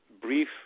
brief